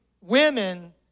women